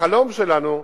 החלום שלנו הוא,